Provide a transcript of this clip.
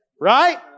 Right